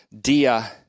dia